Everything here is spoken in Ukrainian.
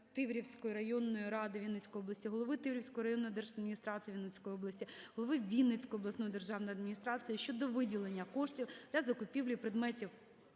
Тиврівської районної ради Вінницької області, голови Тиврівської районної держадміністрації Вінницької області, голови Вінницької обласної державної адміністрації щодо виділення коштів для закупівлі предметів